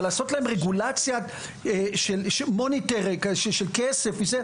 אבל לעשות להם רגולציה של ניטור כספים וכו',